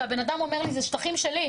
האדם אומר לי שזה שטחים שלו,